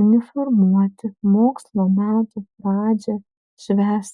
uniformuoti mokslo metų pradžią švęs